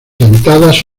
dentadas